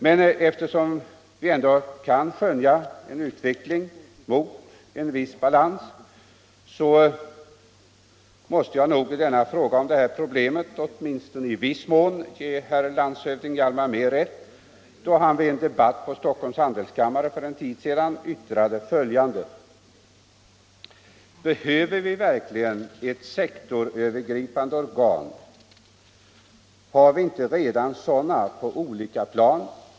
Men eftersom vi ändå kan skönja en utveckling mot en viss balans måste jag nog i fråga om detta problem åtminstone i viss mån ge landshövding Hjalmar Mehr rätt, då han vid en debatt på Stockholms handelskammare för en tid sedan yttrade följande: ”Behöver vi verkligen ett sektorövergripande organ? Har vi inte redan sådana på olika plan?